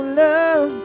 love